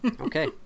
Okay